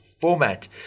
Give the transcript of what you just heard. format